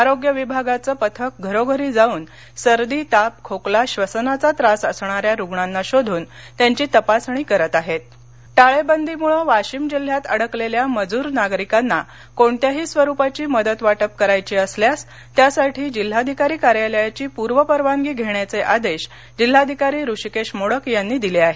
आरोग्य विभागाचं पथक घरोघरी जाऊन सर्दी ताप खोकला बसनाचा त्रास असणाऱ्या रुग्णांना शोधून त्यांची तपासणी करत आहेत टाळेबंदीमुळे वाशीम जिल्ह्यात अडकलेल्या मजूर नागरिकांना कोणत्याही स्वरुपाची मदत वाटप करायची असल्यास त्यासाठी जिल्हाधिकारी कार्यालयाची पूर्वपरवानगी घेण्याचे आदेश जिल्हाधिकारी हृषीकेश मोडक यांनी दिले आहेत